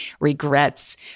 regrets